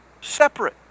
separate